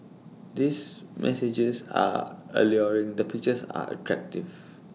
the messages are alluring the pictures are attractive